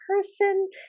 person